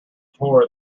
tore